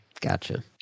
Gotcha